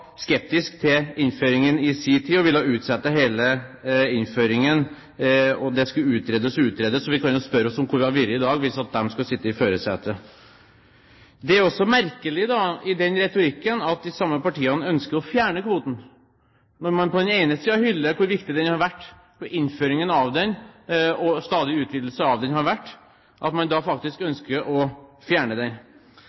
skeptisk til innføringen i sin tid og ville utsette hele innføringen. Det skulle utredes og utredes, og vi kan jo spørre oss om hvor vi hadde vært i dag hvis de hadde sittet i førersetet. Det er også noe merkelig i retorikken til de samme partiene som ønsker å fjerne kvoten, når man på den ene siden hyller hvor viktig både innføringen av den og den stadige utvidelsen har vært, og at man samtidig ønsker å fjerne den. Jeg fikk også klump i halsen da